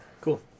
Cool